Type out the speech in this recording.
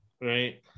right